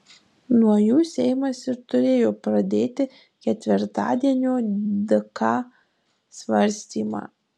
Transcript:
nuo jų seimas ir turėjo pradėti ketvirtadienio dk svarstymą